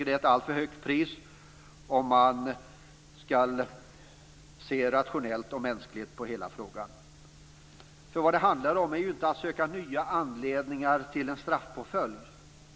Det är ett alltför högt pris om man skall se rationellt och mänskligt på hela frågan. Vad det handlar om är ju inte att söka nya anledningar till en straffpåföljd.